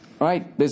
right